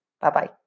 Bye-bye